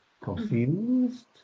confused